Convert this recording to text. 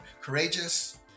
courageous